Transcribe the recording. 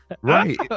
Right